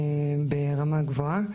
ברמה גבוהה.